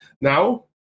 Now